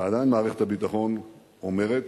ועדיין מערכת הביטחון אומרת,